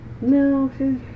No